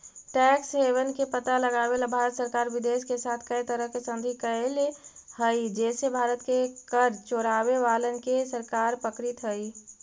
tax haven के पता लगावेला भारत सरकार विदेश के साथ कै तरह के संधि कैले हई जे से भारत के कर चोरावे वालन के सरकार पकड़ित हई